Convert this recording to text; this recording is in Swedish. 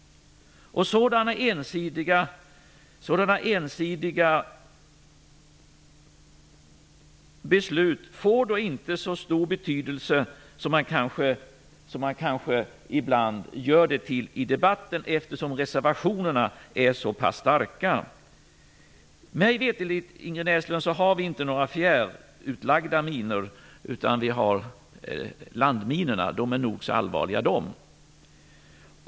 Sådana ensidiga beslut får då inte så stor betydelse som man kanske ibland gör det till i debatten, eftersom reservationerna är så pass starka. Mig veterligt, Inger Näslund, har vi inte några fjärrutlagda minor, utan vi har landminorna - som är nog så allvarliga.